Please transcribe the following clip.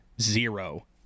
zero